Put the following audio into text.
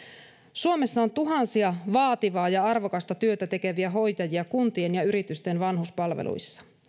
suomessa on tuhansia vaativaa ja arvokasta työtä tekeviä hoitajia kuntien ja yritysten vanhuspalveluissa